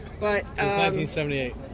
1978